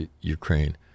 Ukraine